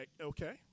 Okay